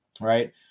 Right